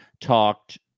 talked